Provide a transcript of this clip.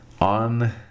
On